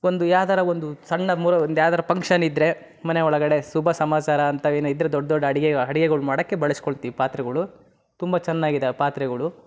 ಒಂದು ಯಾವ್ದಾರ ಒಂದು ಸಣ್ಣ ನಮ್ಮೂರಲೊಂದ್ ಯಾವ್ದಾರ ಪಂಕ್ಷನ್ ಇದ್ದರೆ ಮನೆಯೊಳಗಡೆ ಶುಭ ಸಮಾಚಾರ ಅಂಥವೇನು ಇದ್ದರೆ ದೊಡ್ಡ ದೊಡ್ಡ ಅಡಿಗೆ ಅಡ್ಗೆಗುಳ್ ಮಾಡೋಕ್ಕೆ ಬಳಸಿಕೊಳ್ತೀವಿ ಪಾತ್ರೆಗಳು ತುಂಬ ಚೆನ್ನಾಗಿದಾವೆ ಪಾತ್ರೆಗಳು